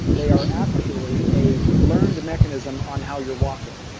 they are actually a learned mechanism on how you're walking.